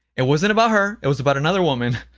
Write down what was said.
it wasn't about her, it was about another woman.